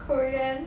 korean